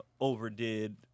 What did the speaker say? overdid